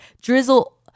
drizzle